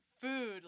food